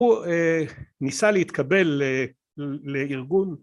‫הוא ניסה להתקבל לארגון.